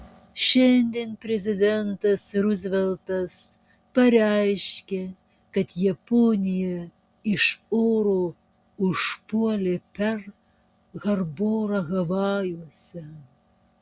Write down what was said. šiandien prezidentas ruzveltas pareiškė kad japonija iš oro užpuolė perl harborą havajuose